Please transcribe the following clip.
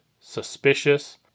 suspicious